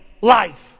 life